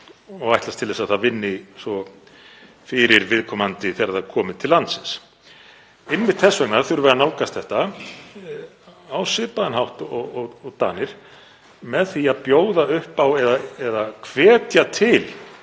og ætlast til að það vinni svo fyrir viðkomandi þegar komið er til landsins. Einmitt þess vegna þurfum við að nálgast þetta á svipaðan hátt og Danir með því að bjóða upp á eða hvetja til